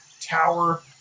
tower